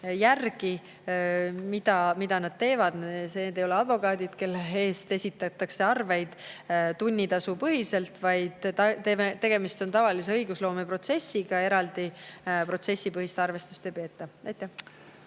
järgi, mida nad teevad. Nad ei ole advokaadid, kelle töö eest esitatakse arveid tunnitasu järgi. Tegemist on tavalise õigusloome protsessiga, eraldi protsessipõhist arvestust ei peeta.